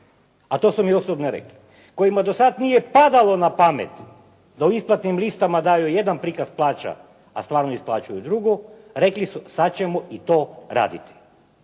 a to su mi osobno rekli kojima do sada nije padalo na pamet da u isplatnim listama daju jedan prikaz plaća a stvarno isplaćuju drugu rekli su sad ćemo i to raditi